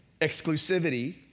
exclusivity